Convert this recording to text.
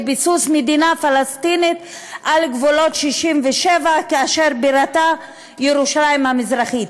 לביסוס מדינה פלסטינית בגבולות 67' שבירתה ירושלים המזרחית.